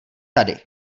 tady